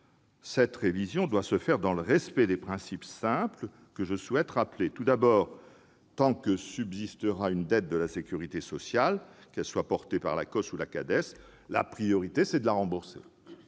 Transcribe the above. cette révision doit se faire dans le respect de principes simples, que je souhaite rappeler. Tout d'abord, tant que subsistera une dette de la sécurité sociale, qu'elle soit portée par l'ACOSS, l'Agence centrale des